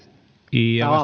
ja